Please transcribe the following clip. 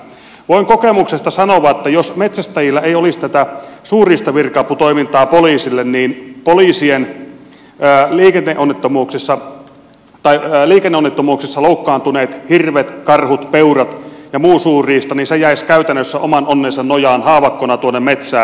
voin kokemuksesta sanoa että jos metsästäjillä ei olisi tätä suurriistavirka aputoimintaa poliisille niin liikenneonnettomuuksissa loukkaantuneet hirvet karhut peurat ja muu suurriista jäisivät käytännössä oman onnensa nojaan haavakkona tuonne metsään